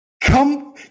Come